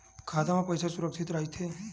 खाता मा पईसा सुरक्षित राइथे?